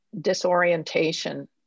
disorientation